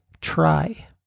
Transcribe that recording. try